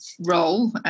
role